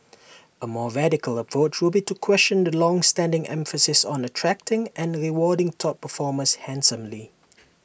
A more radical approach would be to question the longstanding emphasis on attracting and rewarding top performers handsomely